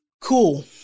cool